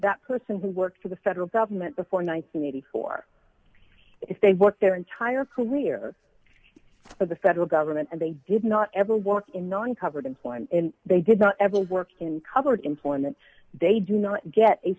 that person who worked for the federal government before nineteen eighty four if they worked their entire career for the federal government and they did not ever work in non covered employees they did not ever work in covered employment they do not get a